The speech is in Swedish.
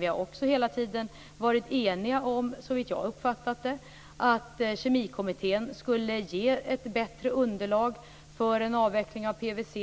Vi har också hela tiden varit eniga om, såvitt jag uppfattat det, att Kemikommittén skulle ge ett bättre underlag för en avveckling av PVC.